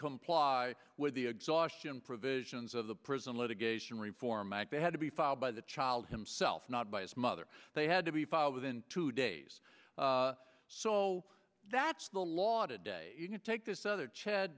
comply with the exhaustion provisions of the prison litigation reform act they had to be filed by the child himself not by his mother they had to be filed within two days so that's the law today you can take this other cha